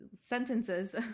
sentences